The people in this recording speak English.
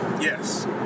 Yes